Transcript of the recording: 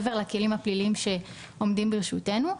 מעבר לכלים הפליליים שעומדים לרשותנו,